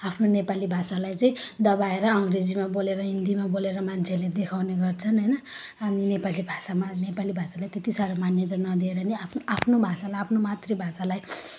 आफ्नो नेपाली भाषालाई चाहिँ दबाएर अङ्ग्रेजीमा बोलेर हिन्दीमा बोलेर मान्छेहरूले देखाउने गर्छन् होइन अनि नेपाली भाषामा नेपाली भाषालाई त्यति साह्रो मान्यता नदिएर नै आफ्नो आफ्नो भाषालाई आफ्नो मातृभाषालाई